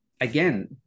again